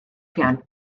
pjan